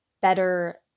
better